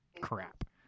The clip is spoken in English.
crap